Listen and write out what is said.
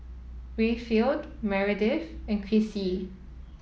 Rayfield Meredith and Krissy